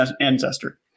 ancestor